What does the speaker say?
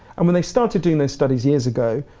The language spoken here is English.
and when they started doing their studies years ago,